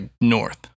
north